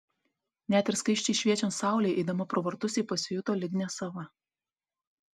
net ir skaisčiai šviečiant saulei eidama pro vartus ji pasijuto lyg nesava